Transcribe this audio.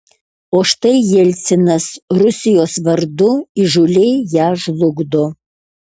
o štai jelcinas rusijos vardu įžūliai ją žlugdo